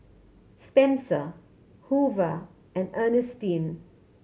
Spencer Hoover and Ernestine